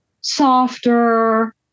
softer